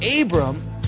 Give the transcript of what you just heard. Abram